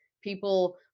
people